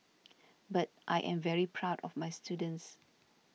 but I am very proud of my students